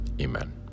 amen